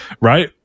right